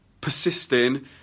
persisting